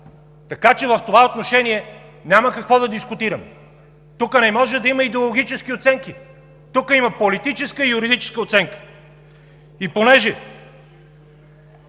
така че в това отношение няма какво да дискутирам. Тук не може да има идеологически оценки. Тук има политическа и юридическа оценка. И понеже